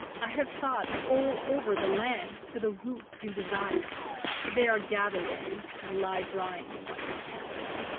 i have sought all over the land for the roots you desire but they are gathered in, and lie drying in musty cellars,